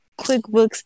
QuickBooks